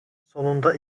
sonunda